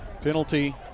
Penalty